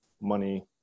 Money